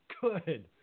good